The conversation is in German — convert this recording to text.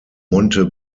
monte